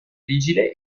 vigile